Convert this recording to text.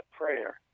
prayer